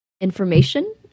information